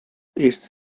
its